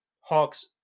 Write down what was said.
Hawks